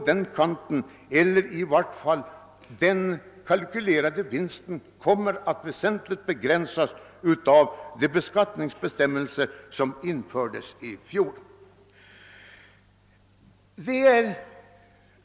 Den kalkylerade vinsten kommer att väsentligt begränsas av dessa nya beskattningsbestämmelser.